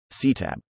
CTAB